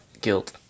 guilt